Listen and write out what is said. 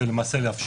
אבל הם לא נכללים פה